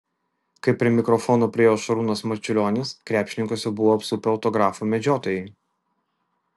kai prie mikrofono priėjo šarūnas marčiulionis krepšininkus jau buvo apsupę autografų medžiotojai